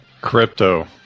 Crypto